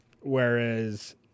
Whereas